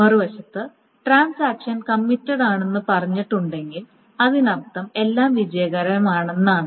മറുവശത്ത് ട്രാൻസാക്ഷൻ കമ്മിറ്റഡാണെന്ന് പറഞ്ഞിട്ടുണ്ടെങ്കിൽ അതിനർത്ഥം എല്ലാം വിജയിക്കണമെന്നാണ്